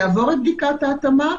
יעבור את בדיקת ההתאמה,